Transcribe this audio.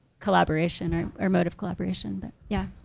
collaboration or or mode of collaboration but yeah.